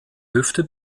hüfte